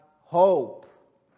hope